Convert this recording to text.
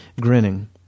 grinning